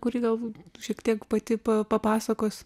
kuri galbūt šiek tiek pati papasakos